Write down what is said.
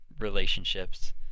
relationships